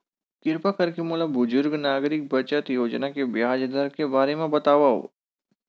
किरपा करके मोला बुजुर्ग नागरिक बचत योजना के ब्याज दर के बारे मा बतावव